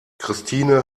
christine